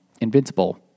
Invincible